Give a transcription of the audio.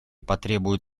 потребует